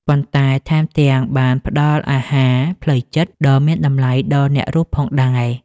ប៉ុន្តែថែមទាំងបានផ្ដល់អាហារផ្លូវចិត្តដ៏មានតម្លៃដល់អ្នករស់ផងដែរ។